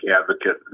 advocate